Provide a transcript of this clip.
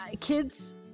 Kids